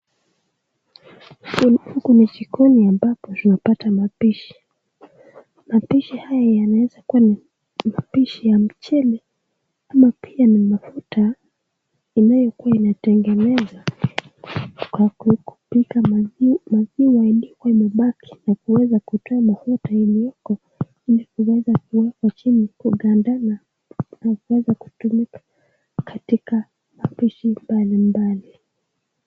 Huku ni jikoni ambapo tunapata mapishi, mapishi haya yanaweza kuwa ni mapishi ya ya mchele ama pia ni mafuta inayokuwa imatengenezwa kwa kupika mandazi maziwa iliyokuwa imebaki na kuweza kutoa mafuta iliyoko na kufganda na na kuweza kutumika katika mapishi mbalimbali.